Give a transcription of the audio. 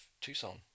Tucson